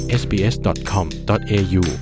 sbs.com.au